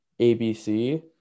ABC